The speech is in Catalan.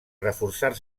reforçar